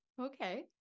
okay